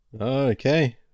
Okay